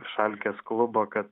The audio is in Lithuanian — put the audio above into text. šalkės klubo kad